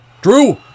Drew